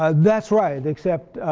ah that's right, except